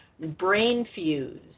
BrainFuse